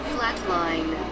Flatline